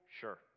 Sure